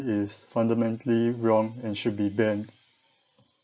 is fundamentally wrong and should be banned